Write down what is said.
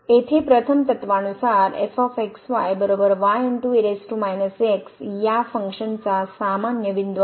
येथे प्रथम तत्त्वानुसार या फंक्शनचा सामान्य बिंदू आहे